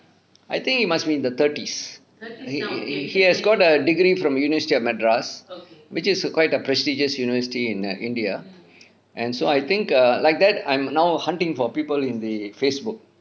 I think he must be in the thirties he has got a degree from university of madras which is quite a prestigious university in err india and so I think err like that I'm now hunting for people in the Facebook